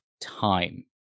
time